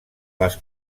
les